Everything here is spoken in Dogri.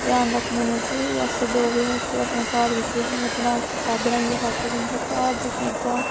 ध्यान रखने होन्ने कि असें जो बी बनाचै अपने घर बिच्च ही बनाइयै खाचै क्योंकि घर दी चीजां